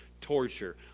torture